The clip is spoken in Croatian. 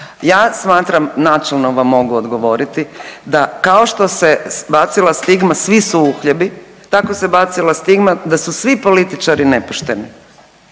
ja smatram, načelno vam mogu odgovoriti, da kao što se bacila stigma svi su uhljebi, tako se bacila stigma da su svi političari nepošteni